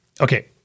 okay